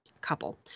couple